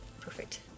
perfect